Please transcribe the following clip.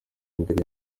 mbere